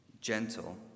gentle